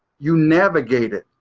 you navigate it.